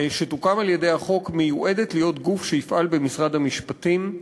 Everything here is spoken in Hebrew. שתוקם על-ידי החוק מיועדת להיות גוף שיפעל במשרד המשפטים.